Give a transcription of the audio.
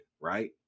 right